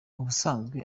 ubusanzwe